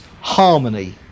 harmony